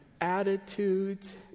attitudes